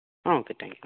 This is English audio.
okay thank you